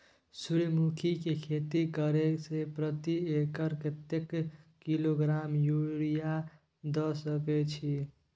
सूर्यमुखी के खेती करे से प्रति एकर कतेक किलोग्राम यूरिया द सके छी?